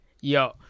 yo